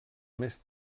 més